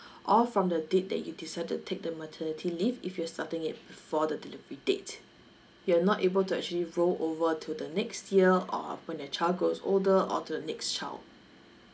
or from the date that you decide to take the maternity leave if you're starting it before the delivery date you're not able to actually roll over to the next year or when the child grows older or to the next child